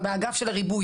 אני חושב שהבעיה